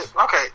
Okay